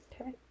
Okay